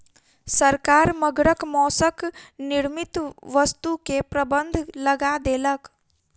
सरकार मगरक मौसक निर्मित वस्तु के प्रबंध लगा देलक